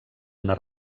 una